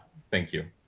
thank you.